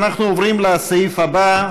אנחנו עוברים לסעיף הבא,